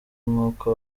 nk’uko